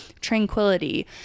tranquility